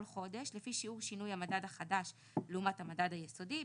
חודש לפי שיעור שינוי המדד החדש לעומת המדד היסודי.